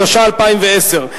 התש"ע 2010,